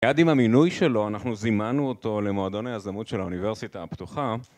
מייד עם המינוי שלו, אנחנו זימנו אותו למועדון היזמות של האוניברסיטה הפתוחה.